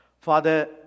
Father